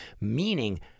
meaning